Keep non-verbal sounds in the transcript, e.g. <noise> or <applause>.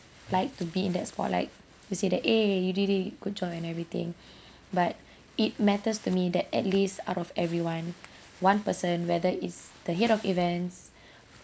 like to be in that spotlight to say that eh you did it good job and everything <breath> but <breath> it matters to me that at least out of everyone <breath> one person whether it's the head of events <breath>